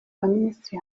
abaminisitiri